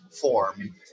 form